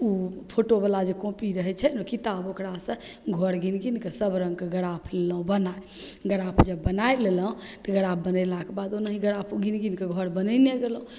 ओ फोटोवला जे कॉपी रहै छै ने किताब ओकरासे घर गिन गिनके सबरङ्गके ग्राफ लेलहुँ बनै ग्राफ जब बनै लेलहुँ तब ग्राफ बनेलाके बाद ओनाहि ग्राफ गिनि गिनिके घर बनेने गेलहुँ